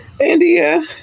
India